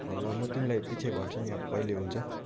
अँ ल म तिमीलाई पछि भन्छु नि अब कहिले हुन्छ